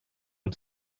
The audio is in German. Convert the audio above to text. und